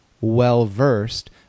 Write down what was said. well-versed